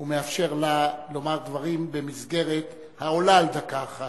ומאפשר לה לומר דברים במסגרת העולה על דקה אחת.